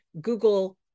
Google